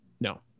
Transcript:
no